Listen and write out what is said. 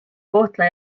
kohtla